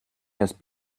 has